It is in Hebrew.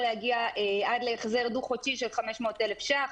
להגיע עד להחזר דו-חודשי של 500,000 ש"ח,